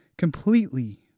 completely